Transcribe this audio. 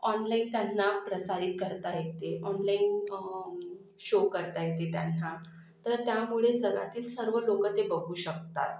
online त्यांना प्रसारित करता येते ऑनलाईन शो करता येते त्यांना तर त्यामुळे जगातील सर्व लोकं ते बघू शकतात